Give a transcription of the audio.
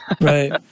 right